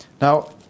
Now